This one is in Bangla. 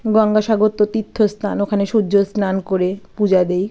গঙ্গাসাগর তো তীর্থ স্নান ওখানে সূর্য স্নান করে পূজা দেই